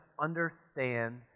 understand